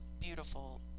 beautiful